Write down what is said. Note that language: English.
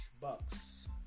Bucks